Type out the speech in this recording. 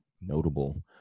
notable